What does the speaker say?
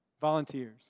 Volunteers